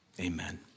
amen